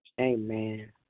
Amen